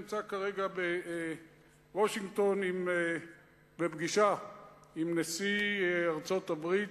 נמצא כרגע בוושינגטון בפגישה עם נשיא ארצות-הברית,